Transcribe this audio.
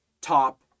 top